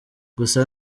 gusa